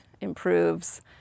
improves